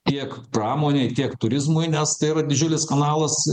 tiek pramonei tiek turizmui nes tai yra didžiulis kanalas